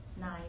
nine